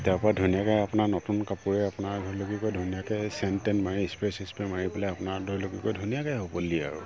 তাৰ পৰা ধুনীয়াকৈআপোনাৰ নতুন কাপোৰে আপোনাৰ ধৰি লওক কি কয় ধুনীয়াকৈ চেণ্ট টেণ্ট মাৰি স্প্ৰে' চিস্প্ৰে' মাৰি পেলাই আপোনাৰ ধৰি লওক ধুনীয়াকৈ শুবলৈ দিয়ে আৰু